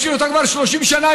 יש לי אותה כבר 30 שנה,